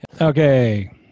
Okay